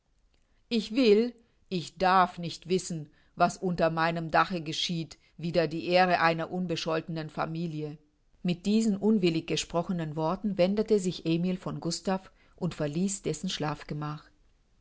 ich will ich darf nicht wissen was unter meinem dache geschieht wider die ehre einer unbescholtenen familie mit diesen unwillig gesprochenen worten wendete sich emil von gustav und verließ dessen